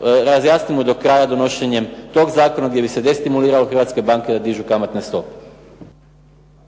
razjasnimo do kraja donošenjem tog zakona gdje bi se destimuliralo hrvatske banke da dižu kamatne stope.